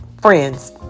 Friends